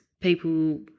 people